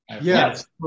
Yes